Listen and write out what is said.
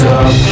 up